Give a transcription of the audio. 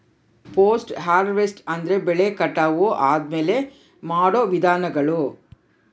post harvest ಅಂದ್ರೆ ಬೆಳೆ ಕಟಾವು ಆದ್ಮೇಲೆ ಮಾಡೋ ವಿಧಾನಗಳು